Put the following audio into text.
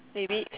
maybe